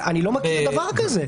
אני לא מכיר דבר כזה.